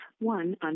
one